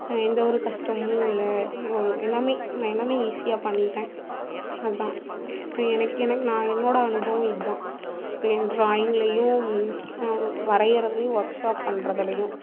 எந்தவொரு கஷ்டமும் இல்லை எல்லாம் நான் எல்லாம் ஈஸியாக பண்ணிவிட்டேன் அதான் எனக்கு எனக்கு நான் என்னோட அனுபவம் இதான் என் ட்ராயிங்லேயும் வரையிறதுலேயும் ஒர்க் ஷாப் பண்றதுலேயும்